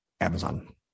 Amazon